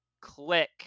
click